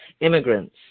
immigrants